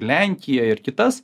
lenkiją ir kitas